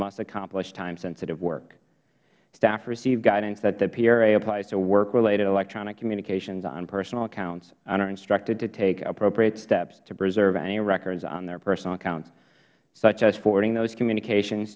must accomplish time sensitive work staff receive guidance that the pra applies to work related electronic communications on personal accounts and are instructed to take appropriate steps to preserve any records on their personal accounts such as forwarding those communications